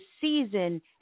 season